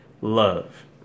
love